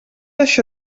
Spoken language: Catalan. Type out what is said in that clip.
això